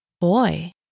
boy